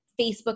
Facebook